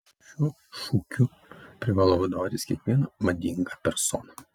šiuo šūkiu privalo vadovautis kiekviena madinga persona